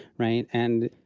right? and,